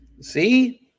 See